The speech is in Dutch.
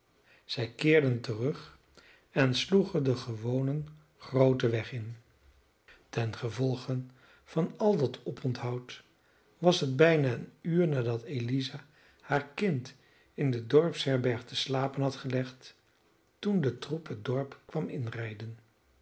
zij keerden terug en sloegen den gewonen grooten weg in ten gevolge van al dat oponthoud was het bijna een uur nadat eliza haar kind in de dorpsherberg te slapen had gelegd toen de troep het dorp kwam inrijden